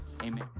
Amen